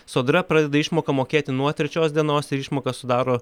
sodra pradeda išmoką mokėti nuo trečios dienos ir išmoką sudaro